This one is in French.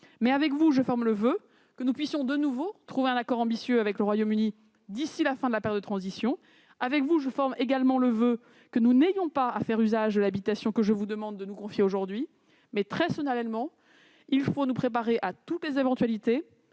2019. Avec vous, je forme le voeu que nous puissions de nouveau trouver un accord ambitieux avec le Royaume-Uni d'ici à la fin de la période de transition, et que nous n'ayons pas à faire usage de l'habilitation que je vous demande de nous accorder aujourd'hui. Je le dis très solennellement, il faut nous préparer à toutes les éventualités